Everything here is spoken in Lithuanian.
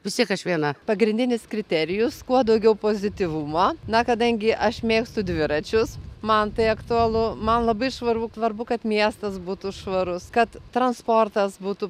pagrindinis kriterijus kuo daugiau pozityvumo na kadangi aš mėgstu dviračius man tai aktualu man labai svarbu svarbu kad miestas būtų švarus kad transportas būtų